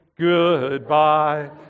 goodbye